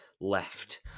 left